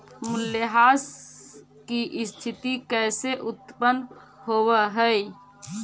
मूल्यह्रास की स्थिती कैसे उत्पन्न होवअ हई?